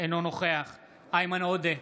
אינו נוכח איימן עודה,